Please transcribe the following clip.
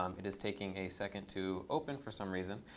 um it is taking a second to open for some reason,